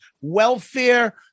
welfare